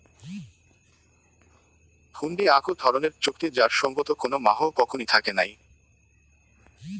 হুন্ডি আক ধরণের চুক্তি যার সঙ্গত কোনো মাহও পকনী থাকে নাই